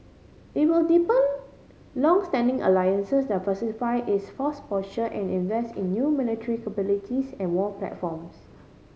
it will deepen longstanding alliances diversify its force posture and in invest in new military capabilities and war platforms